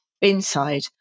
inside